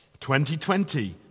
2020